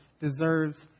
deserves